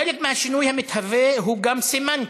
חלק מהשינוי המתהווה הוא גם סמנטי: